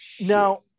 now